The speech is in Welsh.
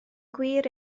gwir